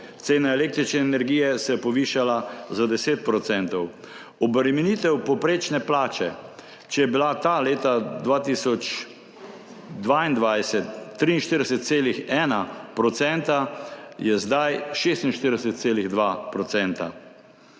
Cena električne energije se je povišala za 10 %. Obremenitev povprečne plače – če je bila ta leta 2022 43,1 %, je zdaj 46,2 %.